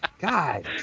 God